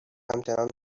همچنان